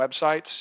websites